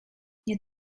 nie